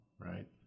right